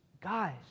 guys